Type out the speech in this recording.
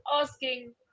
asking